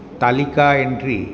তালিকা এন্ট্রি